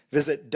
Visit